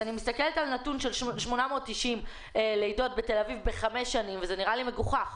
אני מסתכלת על נתון של 890 לידות בתל אביב בחמש שנים וזה נראה לי מגוחך.